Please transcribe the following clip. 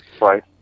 Right